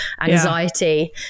anxiety